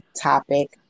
topic